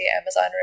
Amazon